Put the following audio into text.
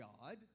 God